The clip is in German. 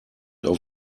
auf